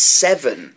seven